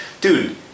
dude